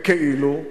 בכאילו.